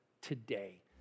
today